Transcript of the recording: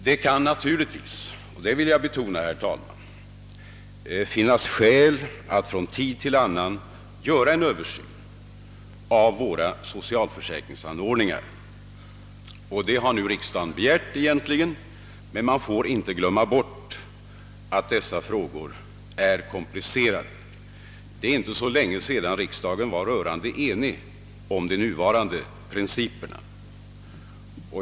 Det kan naturligtvis, det vill jag betona, herr talman, finnas skäl för att från tid till annan göra en Översyn av vissa av våra socialförsäkringsanordningar, och det har nu riksdagen begärt. Man får dock inte glömma bort att dessa frågor är komplicerade. Det är inte så länge sedan riksdagen var rörande enig om de nuvarande principerna.